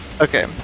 Okay